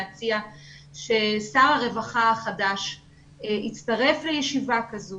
להציע ששר הרווחה החדש יצטרף לישיבה כזו